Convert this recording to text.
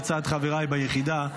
לצד חבריי ביחידה,